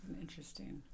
interesting